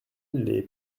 les